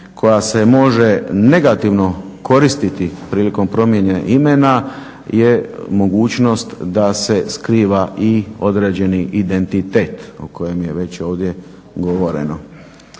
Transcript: koja se može negativno koristiti prilikom promijene imena je mogućnost da se skriva i određeni identitet o kojem je već ovdje govoreno.